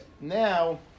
now